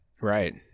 Right